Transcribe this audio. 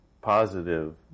positive